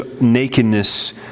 nakedness